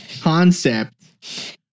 concept